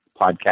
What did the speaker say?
podcast